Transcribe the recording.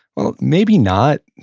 well, maybe not.